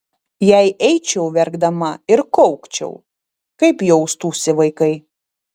jei eičiau verkdama ir kaukčiau kaip jaustųsi vaikai